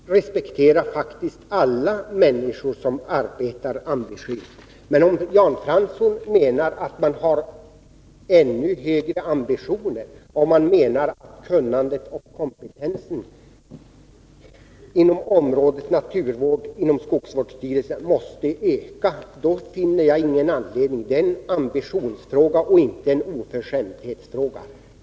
Fru talman! Jag respekterar faktiskt alla människor som arbetar ambitiöst. Men om man har ännu högre ambitioner och menar att kunnandet och kompetensen inom skogsvårdsstyrelserna inom området naturvård måste öka, finner jag inte att det är någon anledning att be om ursäkt. Det är en ambitionsfråga — inte en oförskämdhetsfråga.